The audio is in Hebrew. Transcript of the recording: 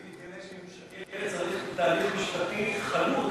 אם יתגלה שהיא משקרת, צריך תהליך משפטי חלוט.